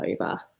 over